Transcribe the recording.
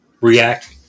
react